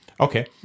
Okay